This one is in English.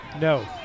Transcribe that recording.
No